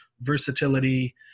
versatility